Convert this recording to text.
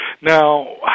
Now